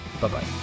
Bye-bye